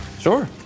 Sure